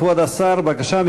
כבוד השר, בבקשה.